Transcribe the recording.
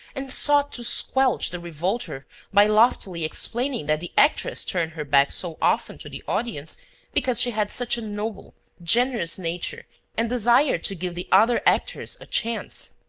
and sought to squelch the revolter by loftily explaining that the actress turned her back so often to the audience because she had such a noble, generous nature and desired to give the other actors a chance.